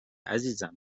عزیزم